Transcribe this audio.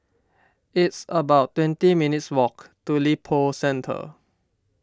it's about twenty minutes' walk to Lippo Centre